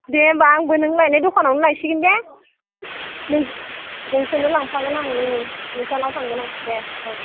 दे होनबा आंबो नों लायनाय दखानावनो लायसिगोन दे नों नोंखौनो लांफागोन आं नोंसानाव थांगोन आं देह अ